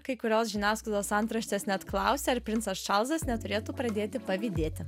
kai kurios žiniasklaidos antraštės net klausė ar princas čarlzas neturėtų pradėti pavydėti